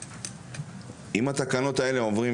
אם התקנות האלה עוברות,